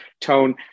tone